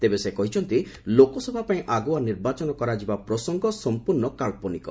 ତେବେ ସେ କହିଛନ୍ତି ଲୋକସଭାପାଇଁ ଆଗୁଆ ନିର୍ବାଚନ କରାଯିବା ପ୍ରସଙ୍ଗ ସମ୍ପର୍ଶ୍ଣ କାନ୍ଧନିକ